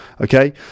okay